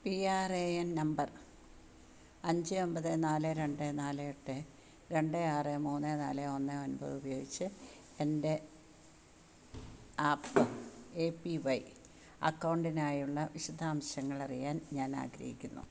P R A N number അഞ്ച് ഒമ്പത് നാല് രണ്ട് നാല് എട്ട് രണ്ട് ആറ് മൂന്ന് നാല് ഒന്ന് ഒമ്പത് ഉപയോഗിച്ച് എൻ്റെ ആപ്പ് എ പി വൈ അക്കൗണ്ടിനായുള്ള വിശദാംശങ്ങൾ അറിയാൻ ഞാൻ ആഗ്രഹിക്കുന്നു